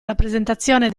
rappresentazione